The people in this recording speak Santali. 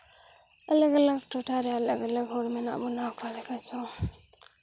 ᱟᱞᱟᱜᱽ ᱟᱞᱟᱜᱽ ᱴᱚᱴᱷᱟᱨᱮ ᱟᱞᱟᱜᱽ ᱟᱞᱟᱜᱽ ᱦᱚᱲ ᱢᱮᱱᱟᱜ ᱵᱚᱱᱟ ᱚᱠᱟ ᱞᱮᱠᱟ ᱪᱚᱝ